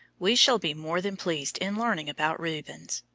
we shall be more than pleased in learning about rubens.